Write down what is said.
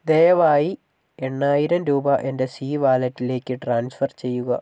ദയവായി എണ്ണായിരം രൂപ എൻ്റെ സീ വാലറ്റിലേക്ക് ട്രാൻസ്ഫർ ചെയ്യുക